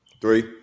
Three